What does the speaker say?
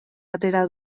atera